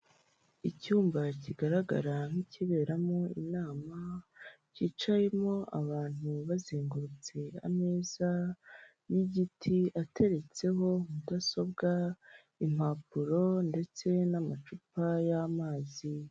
Icyumba kigaragara nk'ikiberamo inama, cyicayemo abantu bazengurutse ameza y'igiti ateretseho mudasobwa, impapuro ndetse n'amacupa y'amazi.